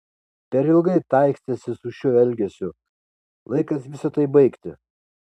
per ilgai taikstėsi su šiuo elgesiu laikas visa tai baigti